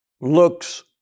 looks